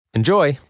Enjoy